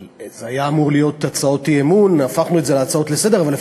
אבל זה היה אמור להיות הצעות אי-אמון והפכנו את זה להצעות לסדר-היום.